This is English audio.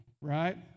right